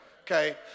Okay